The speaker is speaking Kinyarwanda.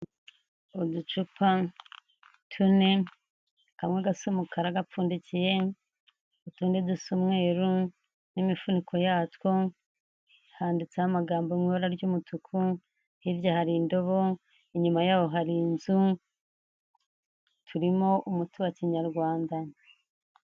Uducepa tune, kamwe gasa umukara gapfundikiye, utundi dusa umweru n'imifuniko yatwo, handitseho amagambo yo mu ibara ry'umutuku, hirya hari indobo, inyuma yaho hari inzu, turimo umuti wa kinyarwanda.